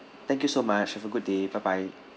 thank you so much have a good day bye bye